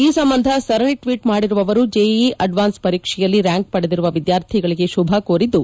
ಈ ಸಂಬಂಧ ಸರಣಿ ಟ್ವೀಟ್ ಮಾಡಿರುವ ಅವರು ಜೆಇಇ ಅಡ್ವಾನ್ಸ್ಡ್ ಪರೀಕ್ಷೆಯಲ್ಲಿ ರ್ವಾಂಕ್ ಪಡೆದಿರುವ ವಿದ್ವಾರ್ಥಿಗಳಿಗೆ ಶುಭ ಕೋರಿದ್ದು